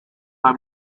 her